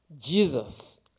Jesus